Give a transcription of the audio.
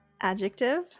Adjective